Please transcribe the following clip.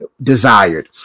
Desired